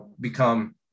become